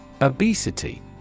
Obesity